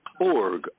org